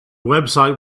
website